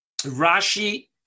rashi